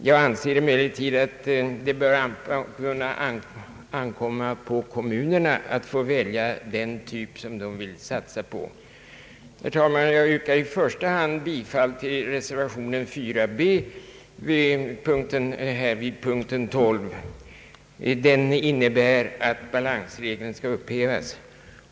Jag anser emellertid att det bör kunna ankomma på kommunerna att välja den typ de vill satsa på. Jag yrkar därför i första hand bifall till reservation nr 4 b vid punkten 12. Den innebär att balansregeln skall upphävas.